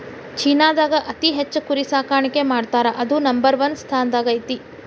ಚೇನಾದಾಗ ಅತಿ ಹೆಚ್ಚ್ ಕುರಿ ಸಾಕಾಣಿಕೆ ಮಾಡ್ತಾರಾ ಅದು ನಂಬರ್ ಒನ್ ಸ್ಥಾನದಾಗ ಐತಿ